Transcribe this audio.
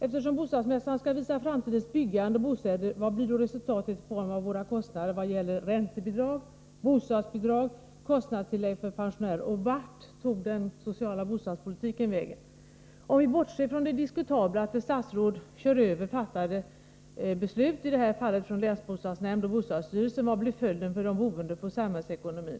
Eftersom bostadsmässan skall visa framtidens byggande och bostäder, vad blir då resultatet i form av våra kostnader vad gäller räntebidrag, bostadsbidrag och kostnadstillägg för pensionärer? Och vart tog den sociala bostadspolitiken vägen? Om vi bortser från det diskutabla i att ett statsråd kör över fattade beslut —i det här fallet länsbostadsnämndens och bostadsstyrelsens — vad blir följden för de boende och för samhällsekonomin?